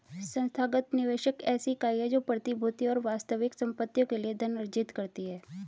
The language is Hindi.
संस्थागत निवेशक ऐसी इकाई है जो प्रतिभूतियों और वास्तविक संपत्तियों के लिए धन अर्जित करती है